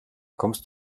kommst